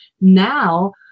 now